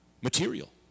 material